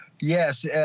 Yes